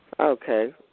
Okay